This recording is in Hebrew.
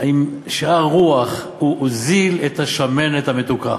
עם שאר רוח: הוא הוזיל את השמנת המתוקה.